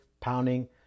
pounding